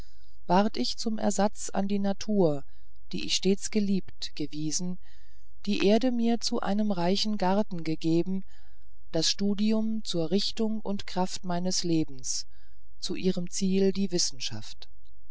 ward ich zum ersatz an die natur die ich stets geliebt gewiesen die erde mir zu einem reichen garten gegeben das studium zur richtung und kraft meines lebens zu ihrem ziel die wissenschaft